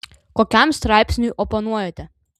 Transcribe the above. kokiam straipsniui oponuojate